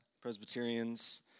Presbyterians